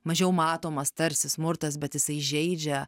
mažiau matomas tarsi smurtas bet jisai įžeidžia